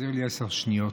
תחזיר לי עשר שניות.